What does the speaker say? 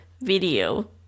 video